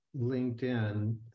LinkedIn